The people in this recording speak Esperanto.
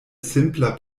simpla